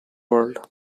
world